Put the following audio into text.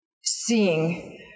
seeing